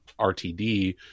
RTD